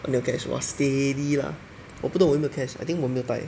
oh 你有 cash !wah! steady lah 我不懂我有没有 cash I think 我没有带